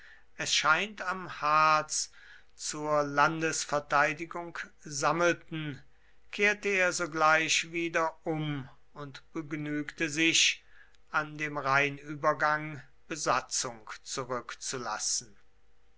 es scheint am harz zur landesverteidigung sammelten kehrte er sogleich wieder um und begnügte sich an dem rheinübergang besatzung zurückzulassen